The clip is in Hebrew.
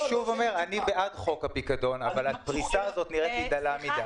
אני שוב אומר: אני בעד חוק הפיקדון אבל הפריסה הזאת נראית לי דלה מדי.